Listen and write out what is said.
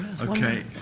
Okay